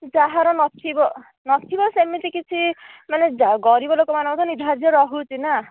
ଯାହାର ନଥିବ ନଥିବ ସେମିତି କିଛି ମାନେ ଗରିବ ଲୋକମାନଙ୍କର ତ ନିର୍ଦ୍ଧାରିତ ରହୁଛି ନା